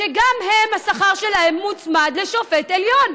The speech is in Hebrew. שגם השכר שלהם מוצמד לשופט עליון.